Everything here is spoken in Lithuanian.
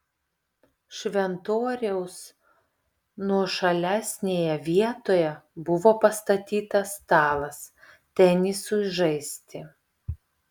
šventoriaus nuošalesnėje vietoje buvo pastatytas stalas tenisui žaisti